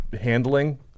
handling